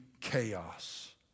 chaos